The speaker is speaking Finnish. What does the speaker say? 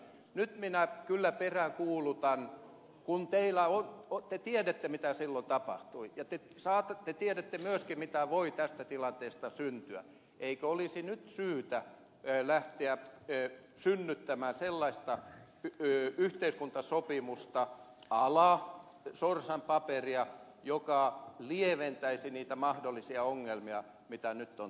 nyt minä kyllä peräänkuulutan kun te tiedätte mitä silloin tapahtui ja te tiedätte myöskin mitä voi tästä tilanteesta syntyä että eikö olisi nyt syytä lähteä synnyttämään sellaista yhteiskuntasopimusta a la sorsan paperia joka lieventäisi niitä mahdollisia ongelmia mitä nyt on tulossa